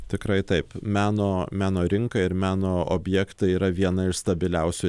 tikrai taip meno meno rinka ir meno objektai yra viena iš stabiliausių